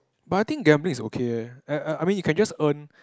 but I think gambling is okay leh I I I mean you can just earn